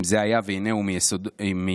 זה היה והינהו מיסודי-היסודות,